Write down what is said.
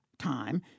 time